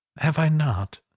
have i not?